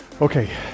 okay